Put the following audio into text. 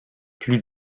plus